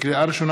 לקריאה ראשונה,